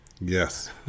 Yes